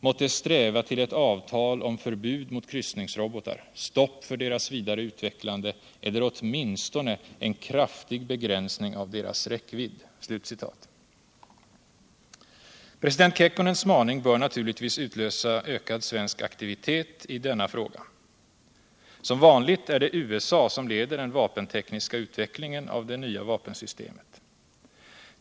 måtte sträva till ett avtal om förbud mot kryssningsrobotar, stopp för deras vidare utvecklande celler åtminstone en krattig begränsning av deras räckvidd.” President Kekkonens maning bör naturligtvis utlösa ökad svensk aktivitet i denna fråga. Som vanligt är det USA som leder den vapentekniska utvecklingen av det nva vapensystemet.